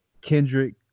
Kendrick